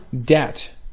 debt